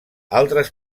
altres